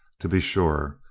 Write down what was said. to be sure,